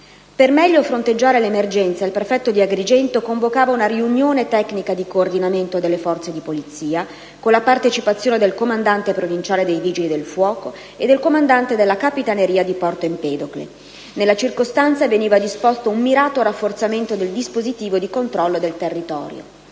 Per meglio fronteggiare l'emergenza, il prefetto di Agrigento convocava una riunione tecnica di coordinamento delle forze di polizia, con la partecipazione del comandante provinciale dei Vigili del fuoco e del comandante della Capitaneria di Porto Empedocle. Nella circostanza, veniva disposto un mirato rafforzamento del dispositivo di controllo del territorio.